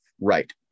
Right